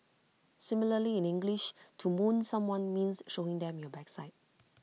similarly in English to 'moon' someone means showing them your backside